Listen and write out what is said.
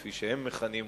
כפי שהם מכנים אותה,